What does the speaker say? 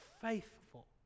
faithful